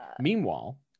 meanwhile